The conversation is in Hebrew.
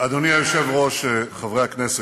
אדוני היושב-ראש, חברי הכנסת,